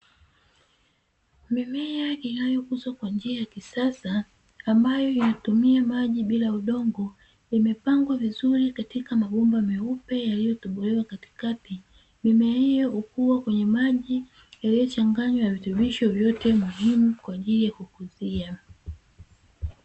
Mimea inayokuzwa kwa njia ya kisasa, ambayo inatumia maji bila udongo, imepangwa vizuri katika mabomba meupe yaliyotobolewa katikati. Mimea hiyo hukua kwenye maji, yaliyochanganywa na virutubisho vyote muhimu kwa ajili ya kukuzia.